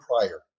prior